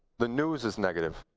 the news is negative.